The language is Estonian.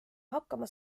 hakkama